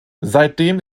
seitdem